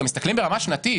גם מסתכלים ברמה שנתית.